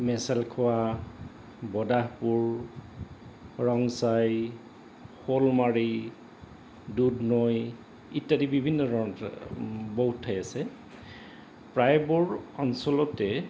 মেচেলখোৱা বদাহাপুৰ ৰংচাই শ'লমাৰি দুধনৈ ইত্যাদি বিভিন্ন ধৰণৰ বহুত ঠাই আছে প্ৰায়বোৰ অঞ্চলতে